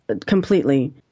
completely